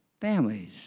families